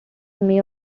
may